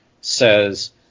says